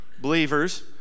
Believers